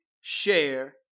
share